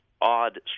odd